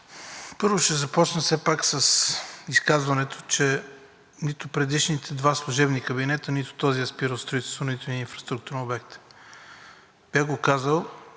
Първо ще започна все пак с изказването, че нито предишните два служебни кабинета, нито този, е спирал строителството на нито един инфраструктурен обект. Бях го казал